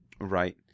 Right